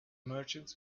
merchants